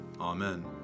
Amen